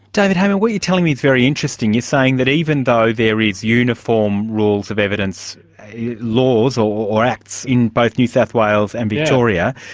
david hamer, what you're telling me is very interesting. you're saying that even though there is uniform rules of evidence laws or acts in both new south wales and victoria,